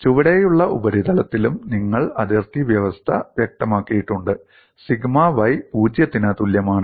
ചുവടെയുള്ള ഉപരിതലത്തിലും നിങ്ങൾ അതിർത്തി വ്യവസ്ഥ വ്യക്തമാക്കിയിട്ടുണ്ട് സിഗ്മ y 0 ത്തിന് തുല്യമാണ്